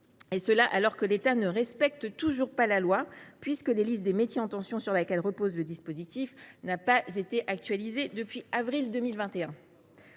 À cet égard, l’État ne respecte toujours pas la loi, puisque la liste des métiers en tension sur laquelle repose le dispositif n’a pas été actualisée depuis avril 2021.